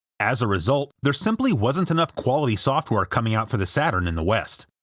as a result, there simply wasn't enough quality software coming out for the saturn in the west.